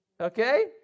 okay